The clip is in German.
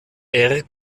air